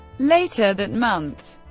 later that month,